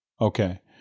okay